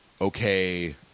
okay